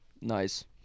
nice